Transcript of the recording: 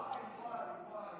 וואו וואו וואו וואו.